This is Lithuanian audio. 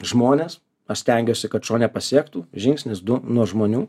žmones aš stengiuosi kad šuo nepasiektų žingsnis du nuo žmonių